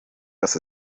dass